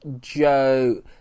Joe